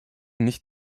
nicht